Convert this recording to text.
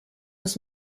was